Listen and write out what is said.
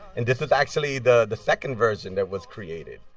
and this is actually the the second version that was created.